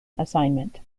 assignment